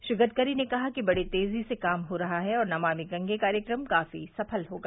श्री गडकरी ने कहा कि बड़ी तेजी से काम हो रहा है और नमामि गंगे कार्यक्रम काफी सफल रहेगा